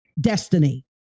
destiny